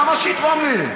למה שיתרום לי?